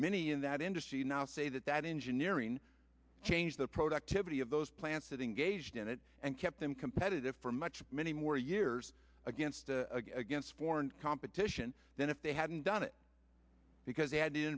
many in that industry now say that that engineering changed the productivity of those plants that engaged in it and kept them competitive for much many more years against a against foreign competition than if they hadn't done it because they had t